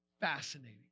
fascinating